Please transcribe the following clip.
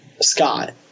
Scott